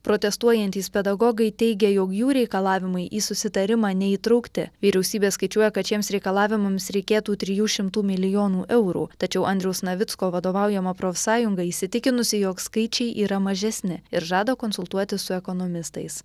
protestuojantys pedagogai teigia jog jų reikalavimai į susitarimą neįtraukti vyriausybė skaičiuoja kad šiems reikalavimams reikėtų trijų šimtų milijonų eurų tačiau andriaus navicko vadovaujama profsąjunga įsitikinusi jog skaičiai yra mažesni ir žada konsultuotis su ekonomistais